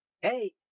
hey